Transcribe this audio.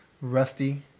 rusty